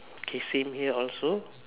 okay same here also